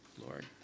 Lord